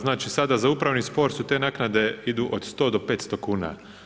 Znači sada za upravni spor te naknade idu od 100 do 500 kuna.